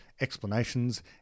explanations